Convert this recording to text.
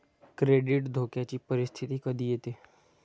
credit धोक्याची परिस्थिती कधी येते